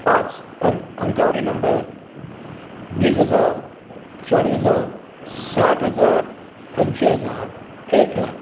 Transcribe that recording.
पाच अंक अंकावरी नंबर वीस हजार चाळिस हजार साठ हजार ऐंशी हजार एक लाख